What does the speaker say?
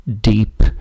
deep